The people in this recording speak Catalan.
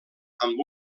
amb